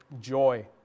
joy